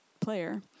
player